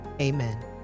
Amen